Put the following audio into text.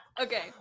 Okay